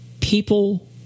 people